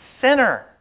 sinner